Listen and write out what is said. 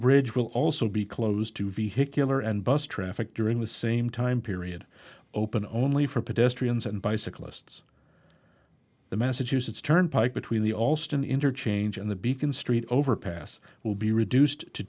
bridge will also be closed to vehicular and bus traffic during the same time period open only for pedestrians and bicyclists the massachusetts turnpike between the allston interchange and the beacon street overpass will be reduced to